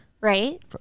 Right